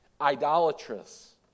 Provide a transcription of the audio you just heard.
idolatrous